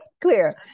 clear